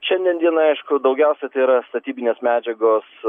šiandien dienai aišku daugiausiai tai yra statybinės medžiagos